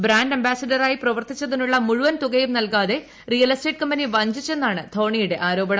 brand അംബാസിഡറായി പ്രവർത്തിച്ചതിനുള്ള മുഴുവൻ തുകയുട് ന്റൽകാതെ റിയൽ എസ്റ്റേറ്റ് കമ്പനി വഞ്ചിച്ചെന്നാണ് ധോണിയുടെ ആരോപണം